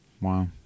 Wow